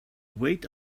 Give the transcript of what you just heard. wait